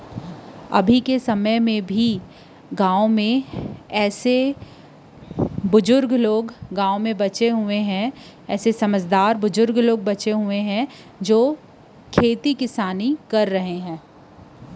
अभी के बेरा म गाँव मन म सियान सियनहिन बाचे हे जेन ह किसानी ल करत हवय